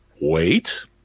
wait